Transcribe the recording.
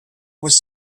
was